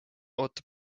ootab